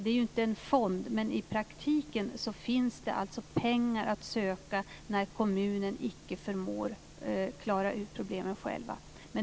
Det är inte en fond, men i praktiken finns det alltså pengar att söka när kommunen icke förmår klara ut problemen själv.